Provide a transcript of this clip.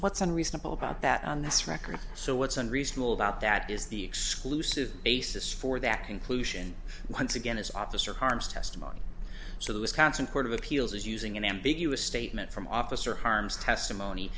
what's unreasonable about that on this record so what's unreasonable about that is the exclusive basis for that conclusion once again is officer harmes testimony so the wisconsin court of appeals is using an ambiguous statement from officer harms testimony